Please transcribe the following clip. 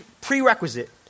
prerequisite